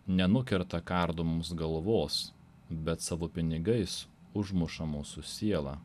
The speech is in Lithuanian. nenukerta kardu mums galvos bet savo pinigais užmuša mūsų sielą